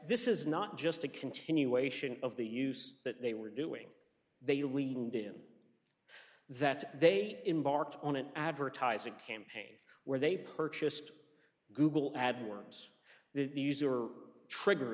this is not just a continuation of the use that they were doing they leaned in that they embarked on an advertising campaign where they purchased google ad words these are trigger